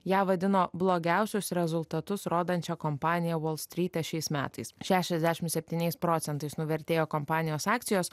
ją vadino blogiausius rezultatus rodančia kompanija volstryte šiais metais šešiasdešimt septyniais procentais nuvertėjo kompanijos akcijos